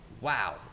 wow